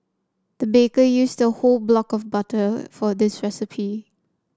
the baker used a whole block of butter for this recipe